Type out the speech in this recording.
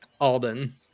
Alden